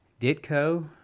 Ditko